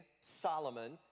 Solomon